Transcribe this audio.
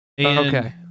Okay